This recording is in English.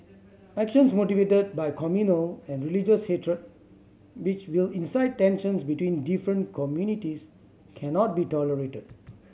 actions motivated by communal and religious hatred which will incite tensions between different communities cannot be tolerated